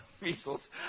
Measles